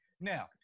Now